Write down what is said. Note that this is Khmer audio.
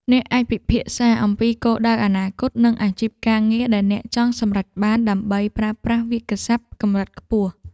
អ្នកអាចពិភាក្សាអំពីគោលដៅអនាគត និងអាជីពការងារដែលអ្នកចង់សម្រេចបាន ដើម្បីប្រើប្រាស់វាក្យសព្ទកម្រិតខ្ពស់។